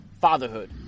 FatherHood